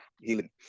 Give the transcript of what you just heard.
healing